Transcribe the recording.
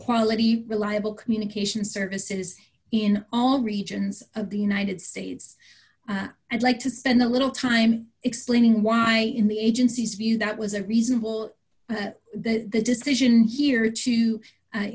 quality reliable communication services in all regions of the united states and like to spend a little time explaining why in the agency's view that was a reasonable the decision here too i